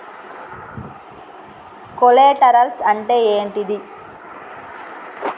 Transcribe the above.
Collaterals అంటే ఏంటిది?